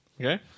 Okay